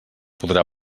podrà